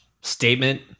statement